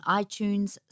iTunes